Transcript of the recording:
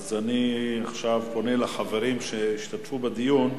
אז אני עכשיו פונה לחברים שהשתתפו בדיון.